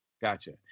Gotcha